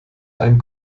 ein